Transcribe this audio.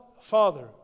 father